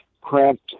cramped